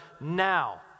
now